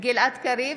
גלעד קריב,